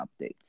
updates